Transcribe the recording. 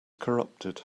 corrupted